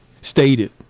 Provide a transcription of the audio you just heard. stated